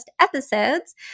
episodes